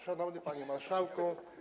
Szanowny Panie Marszałku!